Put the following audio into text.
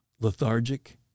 lethargic